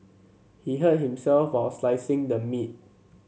he hurt himself while slicing the meat